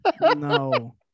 No